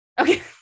okay